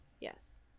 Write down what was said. yes